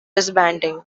disbanding